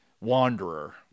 wanderer